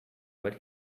but